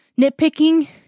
nitpicking